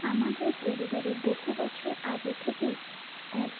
আমাদের পরিবারে বহু বছর আগে থেকেই এক